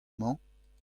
mañ